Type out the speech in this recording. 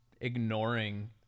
ignoring